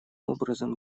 образом